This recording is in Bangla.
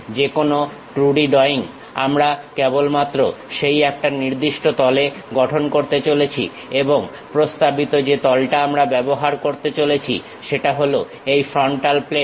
যেকোনো 2D ড্রয়িং আমরা কেবলমাত্র সেই একটা নির্দিষ্ট তলে গঠন করতে চলেছি এবং প্রস্তাবিত যে তলটা আমরা ব্যবহার করতে চলেছি সেটা হলো এই ফ্রন্টাল প্লেন